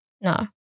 no